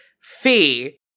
Fee